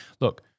look